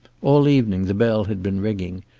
all evening the bell had been ringing,